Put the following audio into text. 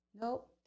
nope